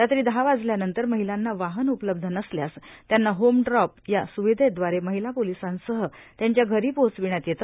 रात्री दहा वाजल्यानंतर महिलांना वाहन उपलब्ध नसल्यास त्यांना होमड्रॉप या सुविधेद्वारे महिला पोलिसांसह त्यांच्या घरी पोहोचविण्यात येते